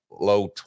low